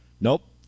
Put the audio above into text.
Nope